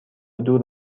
دور